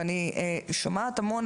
שוב,